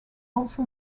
also